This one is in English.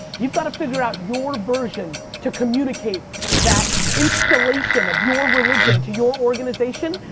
you've got to figure out your version to communicate that installation of your religion to your organization,